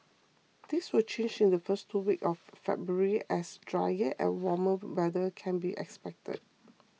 this will change in the first two weeks of February as drier and warmer weather can be expected